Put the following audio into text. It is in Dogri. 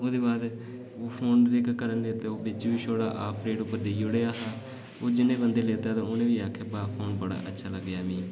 फ्ही ओह्दे बाद ओह् फोन घरै लेते दा ओह् बेची बी छोड़े दा हा आफ रेट पर देई ओड़ेआआ हा जिन्नें बंदे बी लैता उनें बी आखेआ बाह् फोन बड़ा अच्छा लग्गेआ मीं